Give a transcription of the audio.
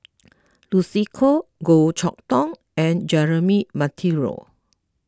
Lucy Koh Goh Chok Tong and Jeremy Monteiro